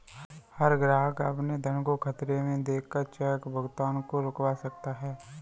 हर ग्राहक अपने धन को खतरे में देख कर चेक भुगतान को रुकवा सकता है